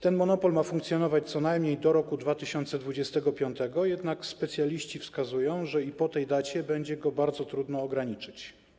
Ten monopol ma funkcjonować co najmniej do roku 2025, jednak specjaliści wskazują, że i po tej dacie będzie go bardzo trudno ograniczyć.